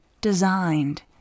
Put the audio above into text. designed